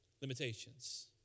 Limitations